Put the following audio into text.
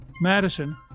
Madison